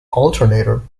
alternator